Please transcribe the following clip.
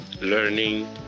learning